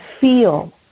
feel